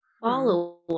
follow